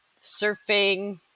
surfing